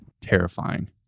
terrifying